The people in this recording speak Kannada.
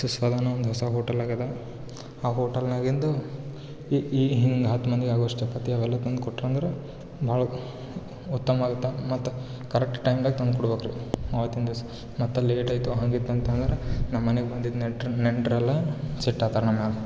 ಸುಸ್ವಾದ ಅನ್ನೋ ಒಂದು ಹೊಸ ಹೋಟೆಲ್ ಆಗಿದೆ ಆ ಹೋಟೆಲ್ನಾಗಿಂದು ಈ ಹಿಂಗೆ ಹತ್ತು ಮಂದಿಗೆ ಆಗೋಷ್ಟು ಚಪಾತಿ ಅವೆಲ್ಲ ತಂದು ಕೊಟ್ರಂದರೆ ಭಾಳ ಉತ್ತಮವಾಗಿತ್ತು ಮತ್ತು ಕರೆಟ್ಟ್ ಟೈಮ್ದಾಗ ತಂದು ಕೊಡ್ಬೇಕು ರೀ ಅವತ್ತಿನ ದಿವಸ ಮತ್ತು ಲೇಟ್ ಆಯಿತು ಹಂಗಿತ್ತು ಅಂತಂದರೆ ನಮ್ಮ ಮನೆಗೆ ಬಂದಿದ್ದ ನೆಂಟ್ರು ನೆಂಟರೆಲ್ಲ ಸಿಟ್ಟು ಆತರ ನಮ್ಮ ಮ್ಯಾಲೆ